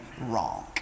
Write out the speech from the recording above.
wrong